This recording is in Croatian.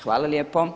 Hvala lijepo.